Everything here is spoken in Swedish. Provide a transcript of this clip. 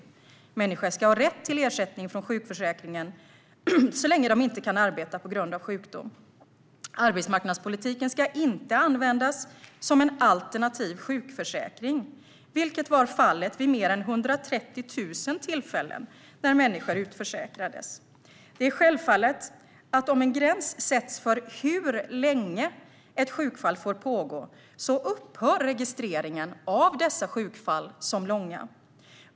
Människor ska ha rätt till ersättning från sjukförsäkringen så länge de inte kan arbeta på grund av sjukdom. Arbetsmarknadspolitiken ska inte användas som en alternativ sjukförsäkring, vilket var fallet vid mer än 130 000 tillfällen när människor utförsäkrades. Det är självklart att om en gräns sätts för hur länge ett sjukfall får pågå så upphör registreringen av dessa sjukfall som långa.